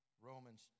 Romans